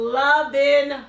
loving